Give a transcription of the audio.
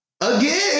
again